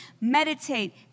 Meditate